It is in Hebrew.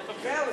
זאת השאלה.